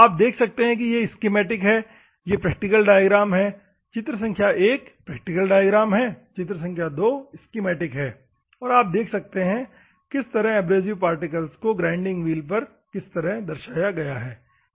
आप देख सकते हैं यह स्कीमैटिक है यह प्रैक्टिकल डायग्राम है चित्र संख्या 1 प्रैक्टिकल डायग्राम है चित्र संख्या 2 स्कीमैटिक है और आप देख सकते हैं किस तरह एब्रेसिव पार्टिकल्स को ग्राइंडिंग व्हील पर किस तरह दर्शाया गया है ठीक है